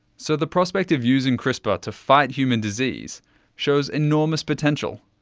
so, the prospect of using crispr to fight human disease shows enormous potential.